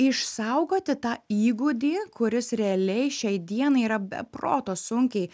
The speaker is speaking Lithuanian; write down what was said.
išsaugoti tą įgūdį kuris realiai šiai dienai yra be proto sunkiai